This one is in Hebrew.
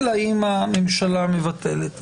אלא אם הממשלה מבטלת.